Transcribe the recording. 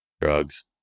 Drugs